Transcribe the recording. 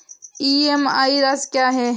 EMI राशि क्या है?